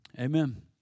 amen